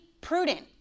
prudent